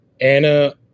Anna